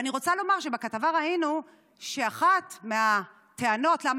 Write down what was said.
ואני רוצה לומר שבכתבה ראינו שאחת מהטענות לכך